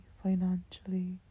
financially